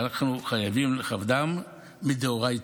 שאנחנו חייבים לכבדם מדאורייתא.